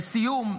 לסיום,